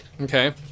Okay